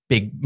Big